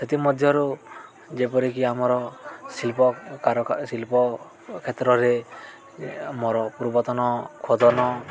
ସେଥିମଧ୍ୟରୁ ଯେପରିକି ଆମର ଶିଳ୍ପ ଶିଳ୍ପ କ୍ଷେତ୍ରରେ ମୋର ପୂର୍ବତନ ଖୋଦନ